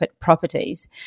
properties